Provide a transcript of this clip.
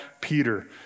Peter